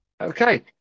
okay